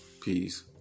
Peace